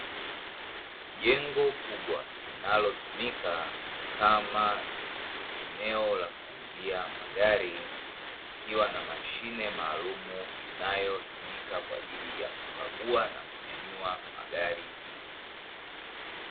Jengo kubwa linalotumika kama eneo la kuuzia magari, ikiwa na mashine maalumu inayotumika kwajili ya kukagua na kunyanyua magari.